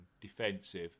defensive